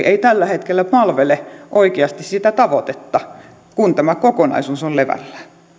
ei tällä hetkellä palvele oikeasti sitä tavoitetta kun tämä kokonaisuus on levällään